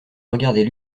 regardait